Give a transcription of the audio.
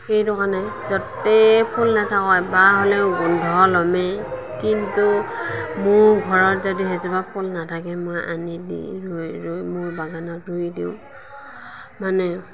সেইটো কাৰণে য'তেই ফুল নাথাকক এবাৰ হ'লেও গোন্ধ ল'মেই কিন্তু মোৰ ঘৰত যদি সেইজোপা ফুল নাথাকে মই আনি দি ৰুই ৰুই মোৰ বাগানত ৰুই দিওঁ মানে